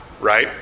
right